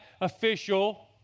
official